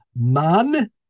Man